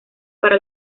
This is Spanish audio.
para